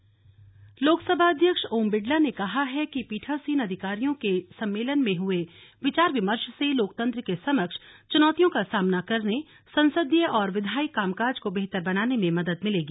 ओम बिड़ला लोकसभा अध्यक्ष ओम बिड़ला ने कहा है कि पीठासीन अधिकारियों के सम्मेलन में हुए विचार विमर्श से लोकतंत्र के समक्ष च्नौतियों का सामना करने संसदीय और विधायी कामकाज को बेहतर बनाने में मदद मिलेगी